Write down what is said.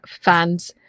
fans